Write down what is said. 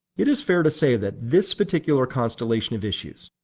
it is fair to say that this particular constellation of issues,